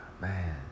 Man